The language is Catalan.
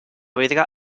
vidre